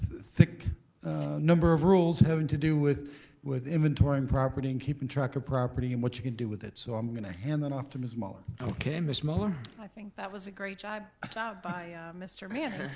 thick number of rules having to do with with inventorying property and keeping track of property and what you can do with it. so i'm gonna hand that off to ms. muller. okay, miss muller? i think that was a great job by mr. manning.